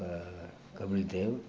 Kapil Dev